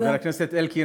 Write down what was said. חבר הכנסת אלקין,